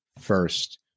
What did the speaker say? first